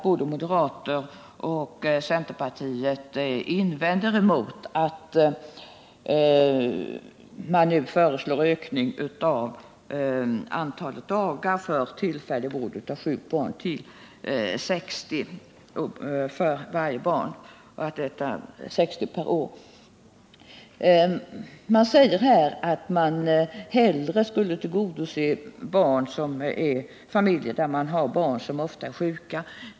Både moderater och centerpartister invänder mot förslaget om en utökning av antalet dagar för tillfällig vård av sjukt barn till 60 per år för varje barn. De säger att man hellre skulle tillgodose familjer där man har barn som ofta är sjuka.